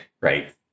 Right